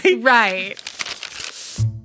Right